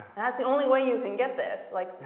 that's the only way you can get this like